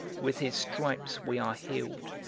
with his stripes we are healed,